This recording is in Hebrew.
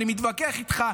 אני מתווכח איתך,